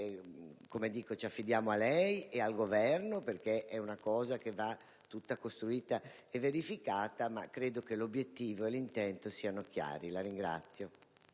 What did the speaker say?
Come ho detto, ci affidiamo a lei e al Governo, perché è un'idea che va tutta costruita e verificata, ma credo che l'obiettivo e l'intento siano chiari.